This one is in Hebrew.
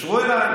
התקשרו אליי,